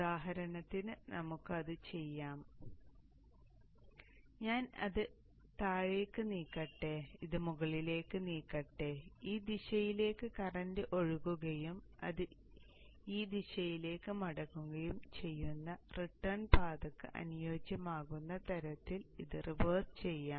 ഉദാഹരണത്തിന് നമുക്ക് അത് ചെയ്യാം ഞാൻ ഇത് താഴേക്ക് നീക്കട്ടെ ഇത് മുകളിലേക്ക് നീക്കട്ടെ ഈ ദിശയിലേക്ക് കറന്റ് ഒഴുകുകയും അത് ഈ ദിശയിലേക്ക് മടങ്ങുകയും ചെയ്യുന്ന റിട്ടേൺ പാതക്ക് അനുയോജ്യമാകുന്ന തരത്തിൽ ഇത് റിവേഴ്സ് ചെയ്യാം